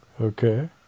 Okay